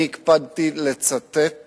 אני הקפדתי לצטט